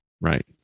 Right